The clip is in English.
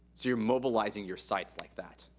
you're mobilizing your sites like that.